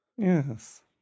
Yes